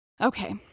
Okay